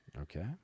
Okay